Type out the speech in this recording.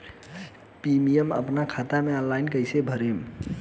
Premium अपना खाता से ऑनलाइन कईसे भरेम?